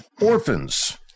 Orphans